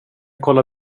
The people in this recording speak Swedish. kollar